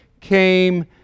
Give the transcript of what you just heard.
came